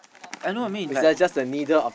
I know what you mean like